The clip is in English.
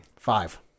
Five